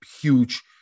huge